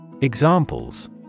Examples